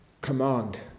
Command